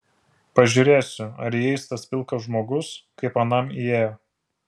pažiūrėsiu ar įeis tas pilkas žmogus kaip anam įėjo